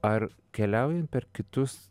ar keliaujant per kitus